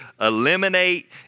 eliminate